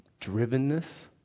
drivenness